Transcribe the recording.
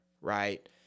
right